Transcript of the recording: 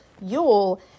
Yule